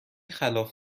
خلاف